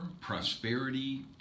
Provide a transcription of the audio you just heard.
Prosperity